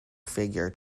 figure